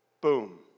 Boom